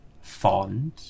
fond